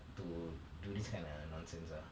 to to do this kind of nonsense ah